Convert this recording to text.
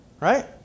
Right